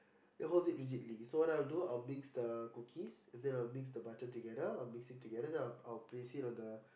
it holds it rigidly so what I will do I will mix the cookies and then I will mix the butter together I will mix it together then I I will place it on the